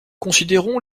considérons